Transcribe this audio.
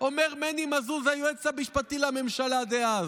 אומר מני מזוז, היועץ המשפטי לממשלה דאז.